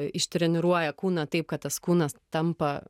ištreniruoja kūną taip kad tas kūnas tampa